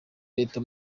leta